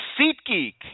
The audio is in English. SeatGeek